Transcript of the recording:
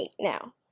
now